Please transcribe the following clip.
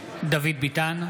נגד דוד ביטן,